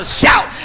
shout